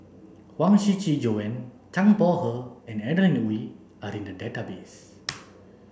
Huang Shiqi Joan Zhang Bohe and Adeline Ooi are in the database